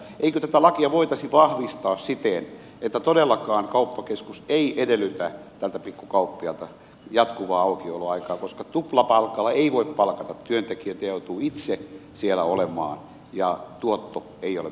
eikö tätä lakia voitaisi vahvistaa siten että todellakaan kauppakeskus ei edellytä tältä pikkukauppiaalta jatkuvaa aukioloaikaa koska tuplapalkalla ei voi palkata työntekijöitä joutuu itse siellä olemaan ja tuotto ei ole minkään kokoinen